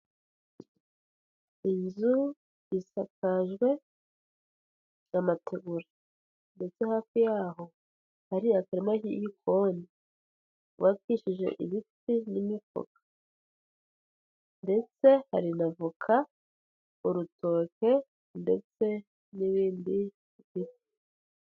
Inzu isakajwe amategura ndetse hafi yaho ari akarima k'ikoni, kubakishije ibiti n'imifuka ndetse hari n'avoka, urutoke, ndetse n'ibindi biti.